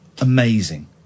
Amazing